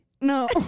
No